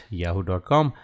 yahoo.com